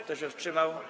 Kto się wstrzymał?